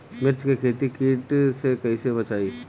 मिर्च के खेती कीट से कइसे बचाई?